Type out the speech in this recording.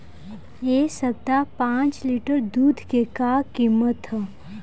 एह सप्ताह पाँच लीटर दुध के का किमत ह?